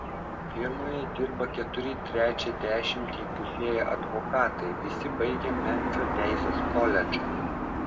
firmoje dirba keturi trečią dešimtį įpusėję advokatai visi baigę memfio teisės koledžą